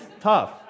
tough